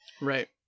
Right